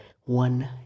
one